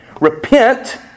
Repent